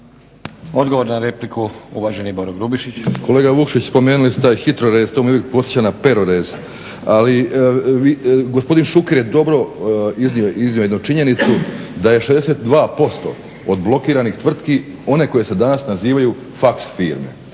Odgovor na repliku, uvaženi Boro Grubišić. **Grubišić, Boro (HDSSB)** Kolega Vukšić spomenuli ste hitrorez, to me uvijek podsjeća na perorez, ali gospodin Šuker je dobro iznio jednu činjenicu da je 62% od blokiranih tvrtki one koje se danas nazivaju fax firme.